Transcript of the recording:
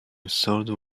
sold